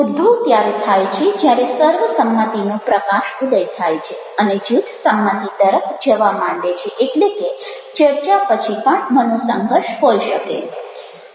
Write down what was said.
ઉદ્ભવ ત્યારે થાય છે જ્યારે સર્વસંમતિનો પ્રકાશ ઉદય થાય છે અને જૂથ સંમતિ તરફ જવા માંડે છે એટલે કે ચર્ચા પછી પણ મનોસંઘર્ષ હોઈ શકે